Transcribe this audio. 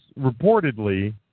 reportedly